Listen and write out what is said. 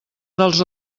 dels